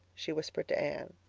she whispered to anne.